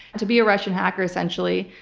to be a russian hacker, essentially,